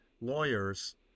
lawyers